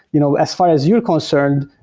you know as far as you're concerned,